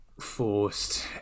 forced